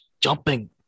jumping